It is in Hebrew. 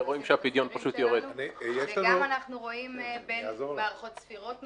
וגם אנחנו רואים בהערכות ספירות נוסעים.